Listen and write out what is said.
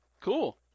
Cool